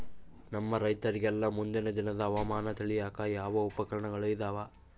ನಮ್ಮ ರೈತರಿಗೆಲ್ಲಾ ಮುಂದಿನ ದಿನದ ಹವಾಮಾನ ತಿಳಿಯಾಕ ಯಾವ ಉಪಕರಣಗಳು ಇದಾವ?